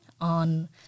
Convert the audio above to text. on